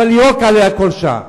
אבל לירוק עליה כל שעה.